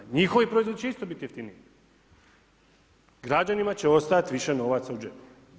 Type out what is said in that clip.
Njihovi proizvodi će isto biti jeftiniji, građanima će ostajati više novaca u džepu.